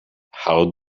how